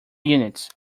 units